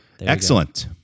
Excellent